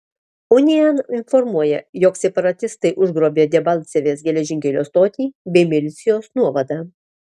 unian informuoja jog separatistai užgrobė debalcevės geležinkelio stotį bei milicijos nuovadą